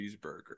cheeseburger